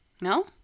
No